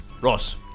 Ross